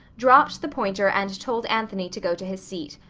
dropped the pointer and told anthony to go to his seat.